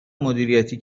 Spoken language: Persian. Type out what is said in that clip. مدیریتی